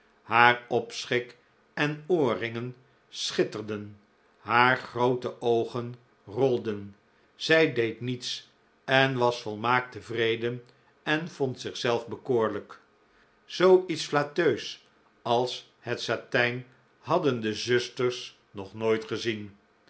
haar opschik en oorringen schitterden haar groote oogen rolden zij deed niets en was volmaakt tevreden en vond zichzelf bekoorlijk zoo iets flatteus als het satijn hadden de zusters nog nooit gezien